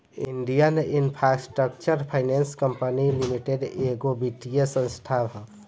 Indian infrastructure finance company limited एगो वित्तीय संस्था ह